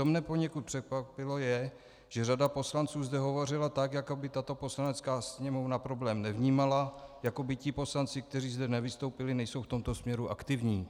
Co mě poněkud překvapilo, je, že řada poslanců zde hovořila tak, jako by tato Poslanecká sněmovna problém nevnímala, jako by ti poslanci, kteří zde nevystoupili, nejsou v tomto směru aktivní.